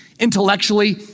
intellectually